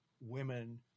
women